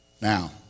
Now